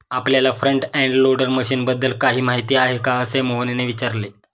आपल्याला front end loader मशीनबद्दल काही माहिती आहे का, असे मोहनने विचारले?